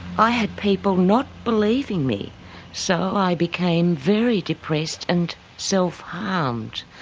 i had people not believing me so i became very depressed and self-harmed.